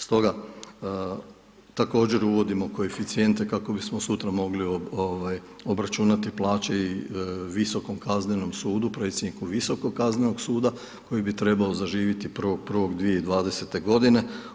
Stoga također uvodimo koeficijente kako bismo sutra mogli obračunati plaće i Visokom kaznenom sudu, predsjedniku Visokog kaznenog suda koji bi trebao zaživjeti 01.01.2020. godine.